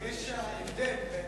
יש הבדל בין